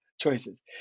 Choices